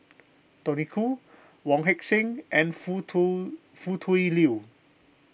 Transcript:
Tony Khoo Wong Heck Sing and Foo Tui Foo Tui Liew